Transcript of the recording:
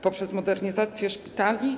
Poprzez modernizację szpitali?